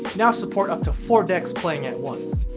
now support up to four decks playing at once.